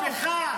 הפוך,